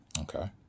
Okay